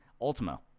Ultimo